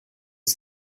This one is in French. des